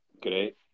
great